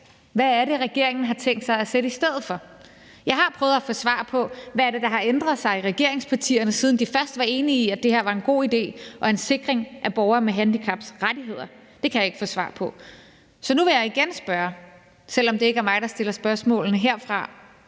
Hvad er det, regeringen har tænkt sig at sætte i stedet for? Jeg har prøvet få svar på, hvad det er, der har ændret sig i regeringspartierne, siden de først var enige i, at det her var en god idé og en sikring af borgere med handicaps rettigheder. Det kan jeg ikke få svar på. Så nu vil jeg igen spørge, selv om det ikke er mig, der stiller spørgsmålene herfra: